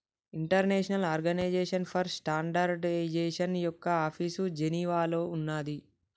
international organisation for standardisation యొక్క office జెనీవాలో ఉన్నాది